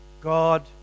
God